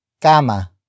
Kama